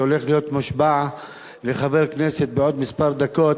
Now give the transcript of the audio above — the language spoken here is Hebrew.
שהולך להיות מושבע לחבר כנסת בעוד כמה דקות,